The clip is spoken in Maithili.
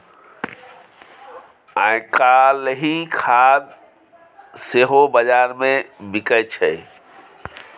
आयकाल्हि खाद सेहो बजारमे बिकय छै